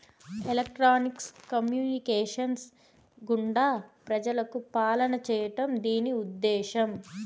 electronics communications గుండా ప్రజలకు పాలన చేయడం దీని ఉద్దేశం